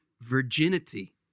virginity